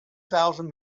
thousand